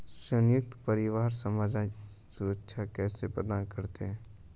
संयुक्त परिवार सामाजिक सुरक्षा कैसे प्रदान करते हैं?